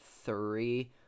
three